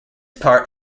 part